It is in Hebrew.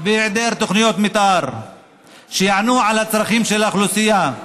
והיעדר תוכניות מתאר שיענו על הצרכים של האוכלוסייה.